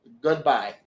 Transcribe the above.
Goodbye